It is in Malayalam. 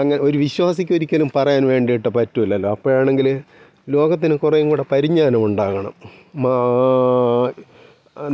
അങ്ങനെ ഒരു വിശ്വാസിക്കൊരിക്കലും പറയാൻ വേണ്ടിയിട്ട് പറ്റുകയില്ലല്ലോ അപ്പോഴാണെങ്കില് ലോകത്തിന് കുറേങ്കൂടെ പരിജ്ഞാനമുണ്ടാകണം മാ